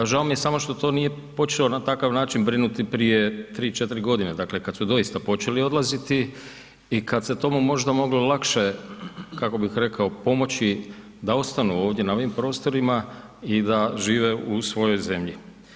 Žao mi je samo što to nije počeo na takav način brinuti prije 3, 4 godine dakle kad su doista počeli odlaziti i kad se tomu možda moglo lakše kako bih rekao pomoći da ostanu ovdje na ovim prostorima i da žive u svojoj zemlji.